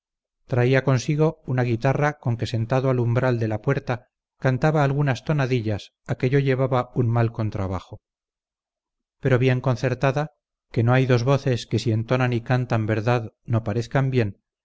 traía consigo una guitarra con que sentado al umbral de la puerta cantaba algunas tonadillas a que yo llevaba un mal contrabajo pero bien concertada que no hay dos voces que si entonan y cantan verdad no parezcan bien